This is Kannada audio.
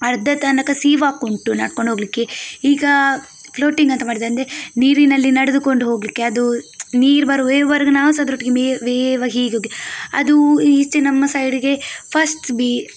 ಅರ್ಧ ತನಕ ಸೀ ವಾಕುಂಟು ನಡ್ಕೊಂಡೋಗ್ಲಿಕ್ಕೆ ಈಗ ಫ್ಲೋಟಿಂಗ್ ಅಂತ ಮಾಡಿದ್ದಾರೆ ಅಂದರೆ ನೀರಿನಲ್ಲಿ ನಡೆದುಕೊಂಡು ಹೋಗಲಿಕ್ಕೆ ಅದು ನೀರು ಬರುವ ವೇವ್ ಬರುವಾಗ ನಾವು ಸಹ ಅದರೊಟ್ಟಿಗೆ ಮೇಲೆ ವೇವ್ ಹೀಗೋಗಿ ಅದು ಈಚೆ ನಮ್ಮ ಸೈಡಿಗೆ ಫಸ್ಟ್ ಬಿ